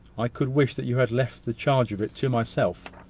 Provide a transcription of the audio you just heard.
i could wish that you had left the charge of it to myself.